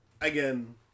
again